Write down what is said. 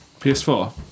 PS4